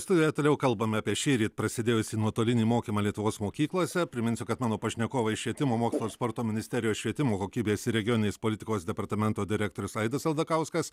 studijoje toliau kalbame apie šįryt prasidėjusį nuotolinį mokymą lietuvos mokyklose priminsiu kad mano pašnekovai švietimo mokslo sporto ministerijos švietimo kokybės ir regioninės politikos departamento direktorius aidas aldakauskas